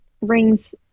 rings